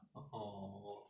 orh